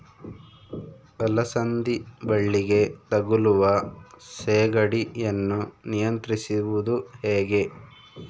ಅಲಸಂದಿ ಬಳ್ಳಿಗೆ ತಗುಲುವ ಸೇಗಡಿ ಯನ್ನು ನಿಯಂತ್ರಿಸುವುದು ಹೇಗೆ?